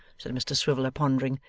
said mr swiveller pondering,